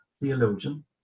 theologian